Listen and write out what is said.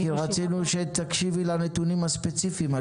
כי רצינו שתקשיבי לנתונים הספציפיים על